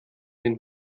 den